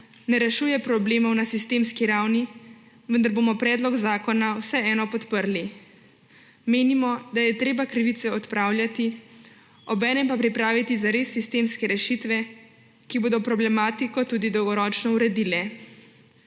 ne rešuje problemov na sistemski ravni, vendar bomo predlog zakona vseeno podprli. Menimo, da je treba krivice odpravljati, obenem pa pripraviti res sistemske rešitve, ki bodo problematiko tudi dolgoročno uredile.